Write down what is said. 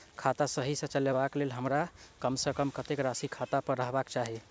खाता सही सँ चलेबाक लेल हमरा कम सँ कम कतेक राशि खाता पर रखबाक चाहि?